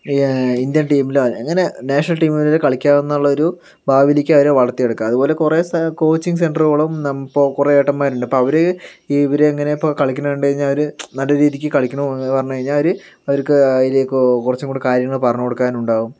Indian ടീമിലോ അങ്ങനെ national team വരെ കളിക്കാം എന്നൊരു ഭാവിയിലേക്ക് അവരെ വളർത്തിയെടുക്കാം അതുപോലെ കുറെ കോച്ചിങ് സെന്റര്കളും നം ഇപ്പോൾ കുറെ ഏട്ടന്മാരുണ്ട് അവര് ഇവരങ്ങനെ ഇപ്പോൾ കളിക്കുന്ന കണ്ട് കഴിഞ്ഞാൽ അവര് നല്ല രീതിക്ക് കളിക്കുന്നു എന്ന് പറഞ്ഞ് കഴിഞ്ഞാൽ അവര് അവർക്ക് അതിലേക്ക് കൊറച്ചും കൂടെ കാര്യങ്ങൾ പറഞ്ഞ് കൊടുക്കാനുണ്ടാകും